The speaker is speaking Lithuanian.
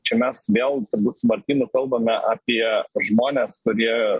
čia mes vėl turbūt smarkiai nukalbame apie žmones kurie